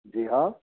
जी हाँ